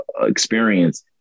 experience